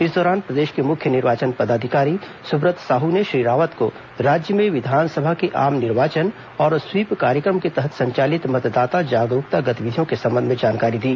इस दौरान प्रदेश के मुख्य निर्वाचन पदाधिकारी सुब्रत साह ने श्री रावत को राज्य में विधानसभा के आम निर्वाचन और स्वीप कार्यक्रम के तहत संचालित मतदाता जागरूकता गतिविधियों के संबंध में जानकारी दी